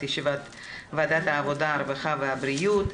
את ישיבת ועדת העבודה הרווחה והבריאות.